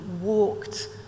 walked